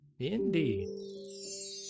Indeed